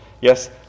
Yes